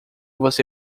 você